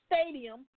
stadium